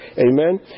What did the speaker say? Amen